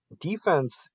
defense